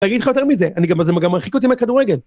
אגיד לך יותר מזה, אני גם בזה זה מרחיק אותי מהכדורגל